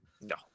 No